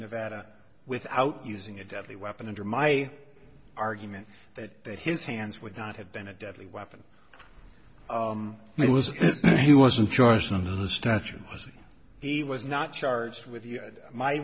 nevada without using a deadly weapon under my argument that his hands would not have been a deadly weapon and it was he wasn't charged on the structure he was not charged with my